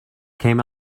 came